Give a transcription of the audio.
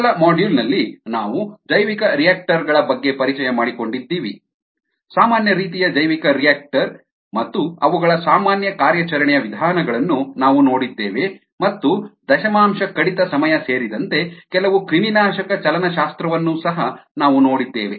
ಮೊದಲ ಮಾಡ್ಯೂಲ್ ನಲ್ಲಿ ನಾವು ಜೈವಿಕರಿಯಾಕ್ಟರ್ ಗಳ ಬಗ್ಗೆ ಪರಿಚಯ ಮಾಡಿಕೊಂಡಿದ್ದೀವಿ ಸಾಮಾನ್ಯ ರೀತಿಯ ಜೈವಿಕರಿಯಾಕ್ಟರ್ ಮತ್ತು ಅವುಗಳ ಸಾಮಾನ್ಯ ಕಾರ್ಯಾಚರಣೆಯ ವಿಧಾನಗಳನ್ನು ನಾವು ನೋಡಿದ್ದೇವೆ ಮತ್ತು ದಶಮಾಂಶ ಕಡಿತ ಸಮಯ ಸೇರಿದಂತೆ ಕೆಲವು ಕ್ರಿಮಿನಾಶಕ ಚಲನಶಾಸ್ತ್ರವನ್ನೂ ಸಹ ನಾವು ನೋಡಿದ್ದೇವೆ